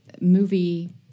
movie